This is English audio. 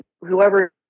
whoever